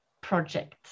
project